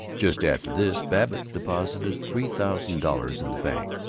just after this babbitt deposited three thousand dollars in the bank,